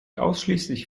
ausschließlich